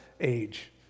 age